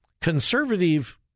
conservative